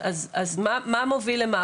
אז מה מוביל למה?